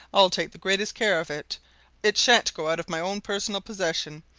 i'll take the greatest care of it it shan't go out of my own personal possession,